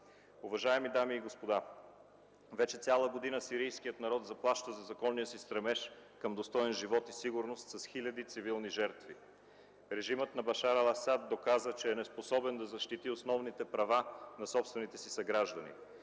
Уважаеми дами и господа, вече цяла година сирийският народ заплаща за законния си стремеж към достоен живот и сигурност с хиляди цивилни жертви. Режимът на Башар ал Асад доказа, че е неспособен да защити основните права на собствените си съграждани.